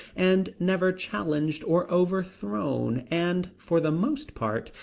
and never challenged or overthrown, and, for the most part,